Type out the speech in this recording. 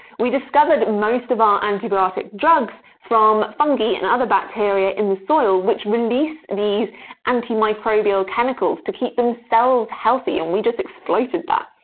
we discovered most of our antibiotic drugs from fungi and other bacteria in the soil, which release these antimicrobial chemicals to keep themselves healthy, and we just exploited that.